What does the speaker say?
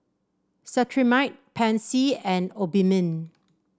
Cetrimide Pansy and Obimin